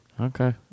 Okay